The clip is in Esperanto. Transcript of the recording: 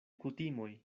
kutimoj